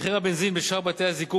מחיר הבנזין בשער בתי-הזיקוק,